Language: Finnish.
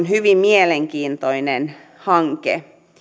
hyvin mielenkiintoinen hanke